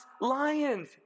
lions